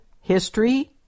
history